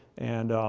and